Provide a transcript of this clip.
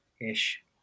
ish